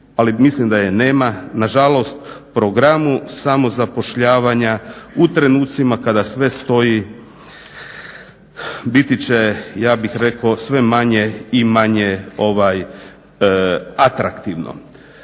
ali mislim da je nema. Nažalost, program samozapošljavanja u trenucima kada sve stoji biti će ja bih rekao sve manje i manje atraktivno.